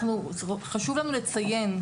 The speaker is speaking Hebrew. חשוב לנו לציין,